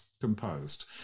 composed